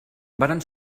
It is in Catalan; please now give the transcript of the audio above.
varen